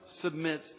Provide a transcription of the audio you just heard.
submit